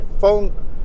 phone